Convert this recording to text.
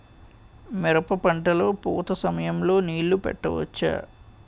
మిరప పంట లొ పూత సమయం లొ నీళ్ళు పెట్టవచ్చా?